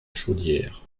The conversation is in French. chaudière